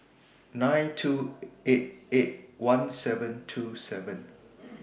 nine two eight eight one seven two seven